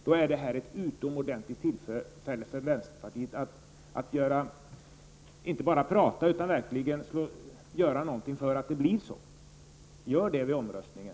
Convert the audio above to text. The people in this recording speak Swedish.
Då är det här ett utomordentligt tillfälle för vänsterpartiet att inte bara prata utan verkligen göra någonting för att det skall bli så. Gör det i omröstningen!